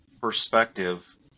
perspective